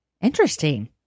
Interesting